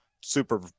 super